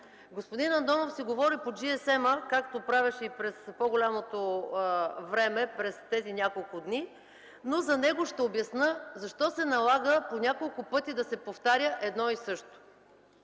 Господин Андонов си говори по джиесема, както правеше през по-голямата част от времето тези няколко дни, но за него ще обясня защо се налага по няколко пъти да се повтаря едно и също.